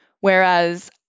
Whereas